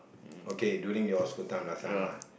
okay during your school time last time ah